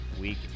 week